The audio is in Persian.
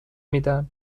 میدن